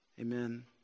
amen